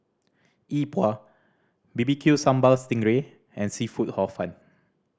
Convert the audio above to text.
Yi Bua B B Q Sambal sting ray and seafood Hor Fun